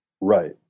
Right